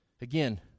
Again